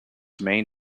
main